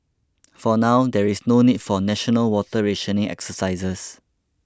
for now there is no need for national water rationing exercises